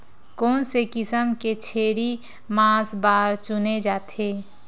कोन से किसम के छेरी मांस बार चुने जाथे?